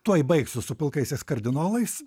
tuoj baigsiu su pilkaisiais kardinolais